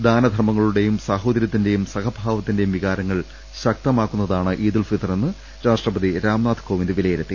ദാനധർമ്മങ്ങളുടെയും സാഹോദര്യത്തിന്റെ സഹഭാവത്തിന്റെയും വികാരങ്ങൾ ശക്തമാക്കുന്നതാണ് ഈദുൽഫിത്വർ എന്ന് രാഷ്ട്രപതി രാംനാഥ് കോവിന്ദ് വില യിരുത്തി